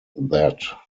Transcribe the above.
that